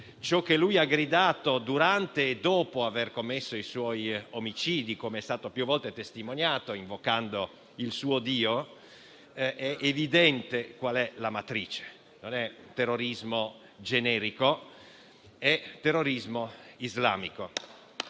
ciò che ha gridato durante e dopo aver commesso i suoi omicidi, com'è stato più volte testimoniato, invocando il suo dio, è evidente la matrice: non è terrorismo generico, ma islamico.